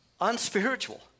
unspiritual